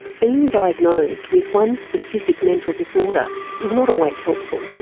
being diagnosed with one specific mental disorder is not always helpful,